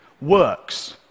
works